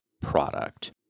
product